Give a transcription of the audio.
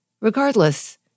Regardless